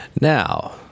Now